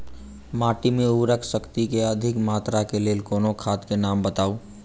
माटि मे उर्वरक शक्ति केँ अधिक मात्रा केँ लेल कोनो खाद केँ नाम बताऊ?